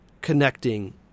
connecting